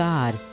God